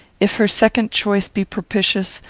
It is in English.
if her second choice be propitious,